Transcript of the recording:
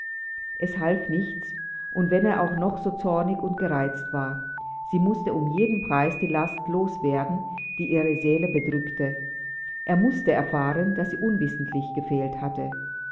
es half nichts und wenn er auch noch so zornig und gereizt war sie mußte um jeden preis die last loswerden die ihre seele bedrückte er mußte erfahren daß sie unwissentlich gefehlt hatte